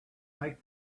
make